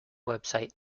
website